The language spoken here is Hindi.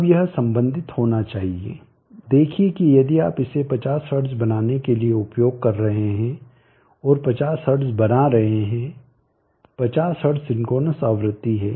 अब यह सम्बंदित होना चाहिए देखिये कि यदि आप इसे 50 हर्ट्ज बनाने के लिए उपयोग कर रहे हैं और 50 हर्ट्ज बना रहे हैं 50 हर्ट्ज सिंक्रोनस आवृत्ति है